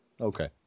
Okay